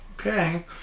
Okay